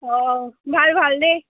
অঁ ভাল ভাল দেই